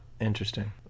Interesting